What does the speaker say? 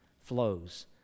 flows